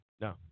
No